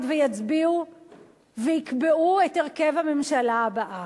ויצביעו ויקבעו את הרכב הממשלה הבאה.